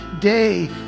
day